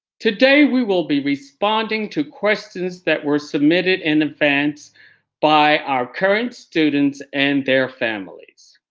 today we will be responding to questions that were submitted in advance by our current students and their families.